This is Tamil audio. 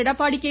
எடப்பாடி கே